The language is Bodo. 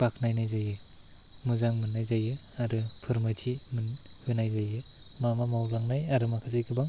बाख्नायनाय जायो मोजां मोन्नाय जायो आरो फोरमायथि मोन होनाय जायो मा मा मावलांनाय आरो माखासे गोबां